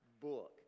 book